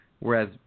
Whereas